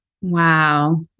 Wow